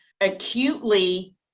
Acutely